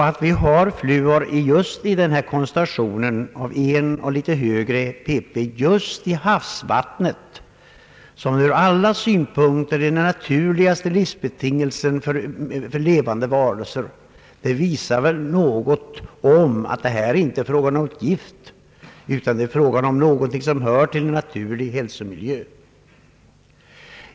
Att vi har fluor just i denna koncentration av 1 pp eller något högre i havsvattnet, som ur alla synpunkter är den naturligaste livsbetingelsen för levande varelser, visar väl om något, att fluor hör till en naturlig levnadsmiljö.